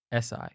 SI